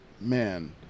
Man